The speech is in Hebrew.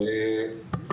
בבקשה.